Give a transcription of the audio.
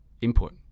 input